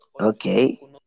Okay